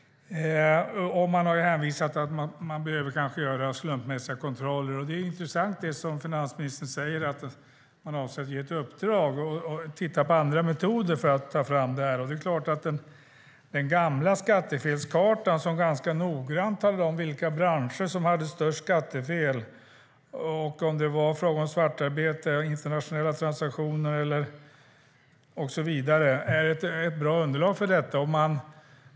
Man har hänvisat till att man kanske behöver göra slumpmässiga kontroller. Det som finansministern säger är intressant - att man avser att ge ett uppdrag och att titta på andra metoder för att ta fram det här. Det är klart att den gamla skattefelskartan, som ganska noggrant talade om vilka branscher som hade störst skattefel och om det var fråga om svartarbete, internationella transaktioner och så vidare, var ett bra underlag för detta.